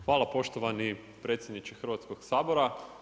Hvala poštovani predsjedniče Hrvatskog sabora.